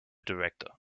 director